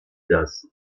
das